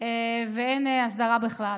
ואין הסדרה בכלל.